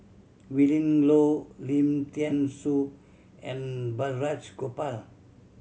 Willin Low Lim Thean Soo and Balraj Gopal